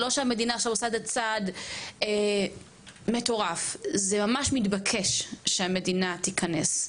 לא מדובר באיזה צעד מטורף מצד המדינה וזה ממש מתבקש שהיא תיכנס לזה,